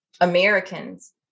Americans